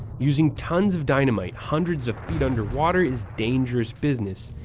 using tons of dynamite hundreds of feet underwater is dangerous business,